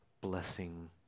blessing